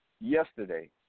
yesterday